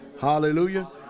Hallelujah